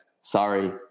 Sorry